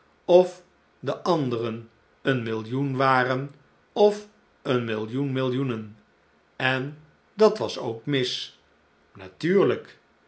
of de anderen een millioen waren of een millioen millioenen en dat was ook mis natuurlijk